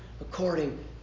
according